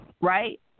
right